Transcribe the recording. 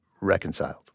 reconciled